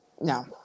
no